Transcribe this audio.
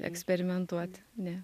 eksperimentuot ne